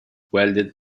welded